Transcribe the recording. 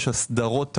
יש הסדרות תעריפיות,